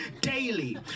daily